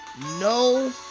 no